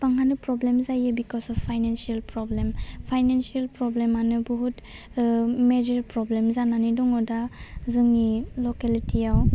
गोबांहानो problem जायो because of financial problem financial प्रब्लेमानो बुहुथ ओह मेजर प्रब्लेम जानानै दंङ दा जोंनि लकेलिटियाव